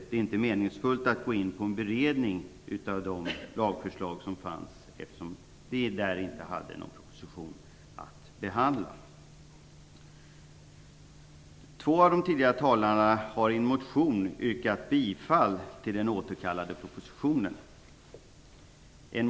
Det är inte meningsfullt att påbörja en beredning av de lagförslag som förelåg, eftersom det inte fanns någon proposition att behandla. Två av de tidigare talarna har i en motion yrkat bifall till förslagen i den återkallade propositionen.